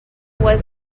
was